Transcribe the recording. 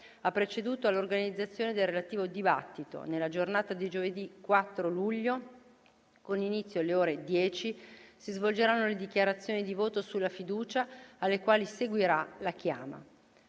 ha proceduto all'organizzazione del relativo dibattito. Nella giornata di giovedì 4 luglio, con inizio alle ore 10, si svolgeranno le dichiarazioni di voto sulla fiducia alle quali seguirà la chiama.